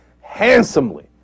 handsomely